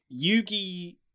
Yugi